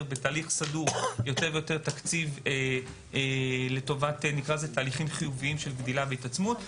בתהליך סדור תקציב לטובת תהליכים חיוביים של גדילה והתעצמות.